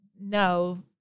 no